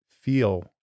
feel